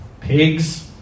pigs